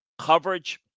coverage